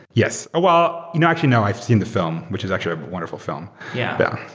yes. well, you know actually, now. i've seen the film, which is actually a wonderful film yeah,